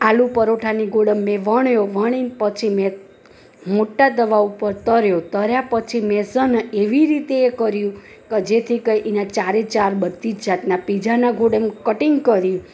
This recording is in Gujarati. આલુ પરોઠાની ગોળ મેં વણ્યો વણીયો વણી પછી મેં મોટા તવા ઉપર તળ્યો તળ્યા પછી મેં છે ને એવી રીતે કર્યું કે જેથી કરીને ચારે ચાર બધી જાતના પિત્ઝા ગોળ આમ કટિંગ કર્યું